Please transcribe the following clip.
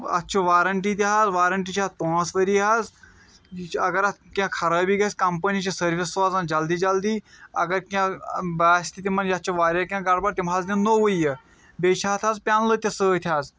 اَتھ چھِ وارَنٹی تہِ حظ وارَنٹی چھِ اَتھ پانٛژھ ؤری حظ یہِ چھِ اَگر اَتھ کیٚنٛہہ خرٲبی گژھِ کَمپٔنی چھِ سٔروِس سوزان جَلدی جَلدی اَگر کیٚنٛہہ باسہِ تہِ تِمَن یَتھ چھِ واریاہ کیٚنٛہہ گڑبڑ تِم حظ دِن نوٚوُے یہِ بیٚیہِ چھِ اَتھ حظ پیٚنٛلہٕ تہِ سۭتۍ حظ